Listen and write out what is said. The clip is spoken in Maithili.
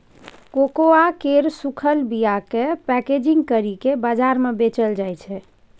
कोकोआ केर सूखल बीयाकेँ पैकेजिंग करि केँ बजार मे बेचल जाइ छै